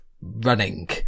running